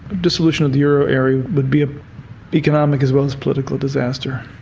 dissolution of the euro area would be an economic as well as political disaster.